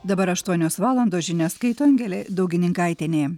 dabar aštuonios valandos žinias skaito angelė daugininkaitienė